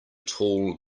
tall